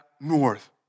north